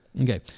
Okay